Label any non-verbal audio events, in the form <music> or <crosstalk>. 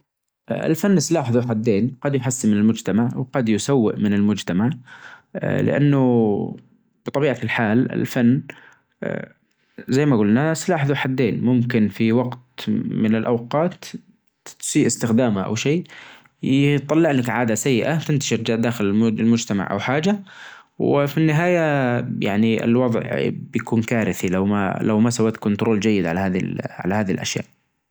يعيش حياة زينة يعني الواحد يكون مرتاح، <hesitation> وعنده اللي يكفيه من رزقه، وصحته زينة، <hesitation> وما عليه هموم ثجيلة. يكون عايش بسلام، مع أهله وربعه، وعنده وقت يستانس ويسعد بحياته.